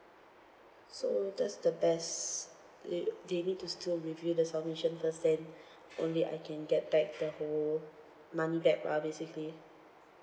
so that's the best they they need to still review the submission first then only I can get back the whole money back lah basically